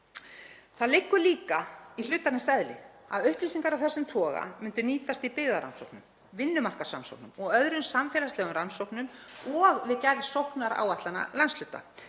Það liggur líka í hlutarins eðli að upplýsingar af þessum toga myndu nýtast í byggðarannsóknum, vinnumarkaðsrannsóknum og öðrum samfélagslegum rannsóknum og við gerð sóknaráætlana landshluta,